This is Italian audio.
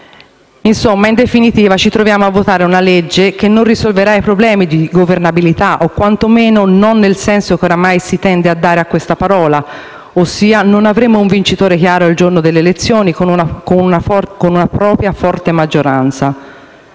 d'Italia. In definitiva ci troviamo a votare una legge che non risolverà i problemi di governabilità o, quantomeno, non nel senso che oramai si tende a dare a questa parola - ossia non avremo un vincitore chiaro il giorno delle elezioni, con una propria forte maggioranza